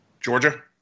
Georgia